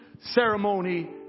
ceremony